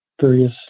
various